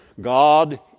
God